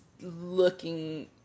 looking